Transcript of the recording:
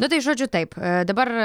nu tai žodžiu taip dabar